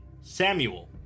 Samuel